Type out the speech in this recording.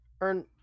Earn